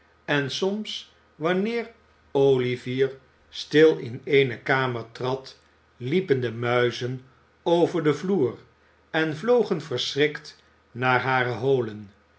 en soms wanneer olivier stil in eene kamer trad liepen de muizen over den vloer en vlogen verschrikt naar hare holen